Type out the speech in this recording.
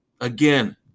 Again